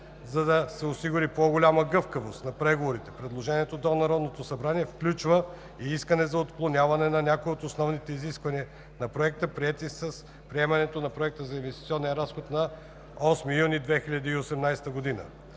За да се осигури по-голяма гъвкавост на преговорите, предложението до Народното събрание включва и искане за отклоняване на някои от основните изисквания на Проекта, приети с приемането на Проекта за инвестиционния разход на 8 юни 2018 г.